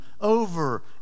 over